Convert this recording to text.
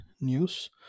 news